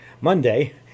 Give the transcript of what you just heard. Monday